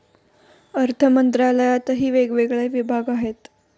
अर्थमंत्रालयातही वेगवेगळे विभाग आहेत